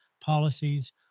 policies